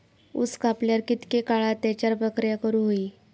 ऊस कापल्यार कितके काळात त्याच्यार प्रक्रिया करू होई?